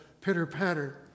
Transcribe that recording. pitter-patter